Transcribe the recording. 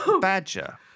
badger